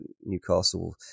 Newcastle